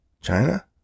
China